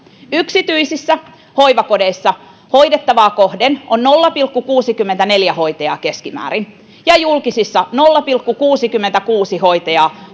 yksityisissä hoivakodeissa hoidettavaa kohden on keskimäärin nolla pilkku kuusikymmentäneljä hoitajaa ja julkisissa nolla pilkku kuusikymmentäkuusi hoitajaa